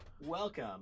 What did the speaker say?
Welcome